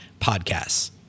podcasts